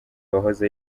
wahoze